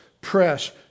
press